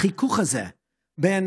החיכוך הזה בין